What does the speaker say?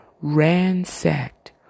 ransacked